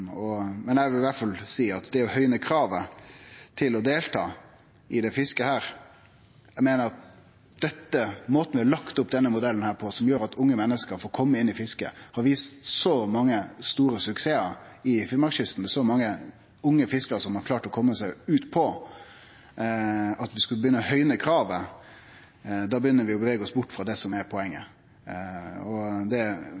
Eg vil i alle fall seie at når det gjeld å høgje kravet til å delta i dette fisket, meiner eg at måten ein har lagt opp denne modellen på, som gjer at unge menneske får kome inn i fisket, har vist så mange store suksessar på Finnmarkskysten, med så mange unge fiskarar som har klart å kome seg utpå, at skulle ein begynne å høgje kravet, begynner vi å bevege oss bort frå det som er poenget. Og det